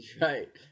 Right